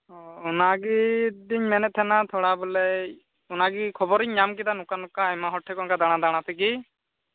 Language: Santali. ᱚ ᱚᱱᱟᱜᱮ ᱫᱤᱫᱤᱧ ᱢᱮᱱᱮᱫ ᱛᱟᱦᱮᱱᱟ ᱛᱷᱚᱲᱟ ᱵᱚᱞᱮ ᱚᱱᱟᱜᱮ ᱠᱷᱚᱵᱚᱨᱤᱧ ᱧᱟᱢ ᱠᱮᱫᱟ ᱱᱚᱝᱠᱟ ᱱᱚᱝᱠᱟ ᱟᱭᱢᱟ ᱦᱚᱲ ᱴᱷᱮᱱ ᱠᱷᱚᱱ ᱱᱚᱝᱠᱟ ᱫᱟᱬᱟ ᱫᱟᱬᱟ ᱛᱮᱜᱮ